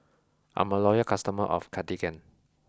I'm a loyal customer of Cartigain